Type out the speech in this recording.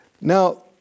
Now